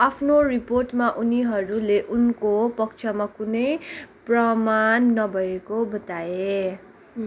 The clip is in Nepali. आफ्नो रिपोर्टमा उनीहरूले उनको पक्षमा कुनै प्रमाण नभएको बताए